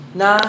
na